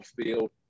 field